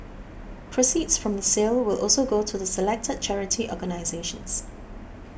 proceeds from the sale will also go to the selected charity organisations